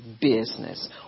business